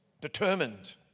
determined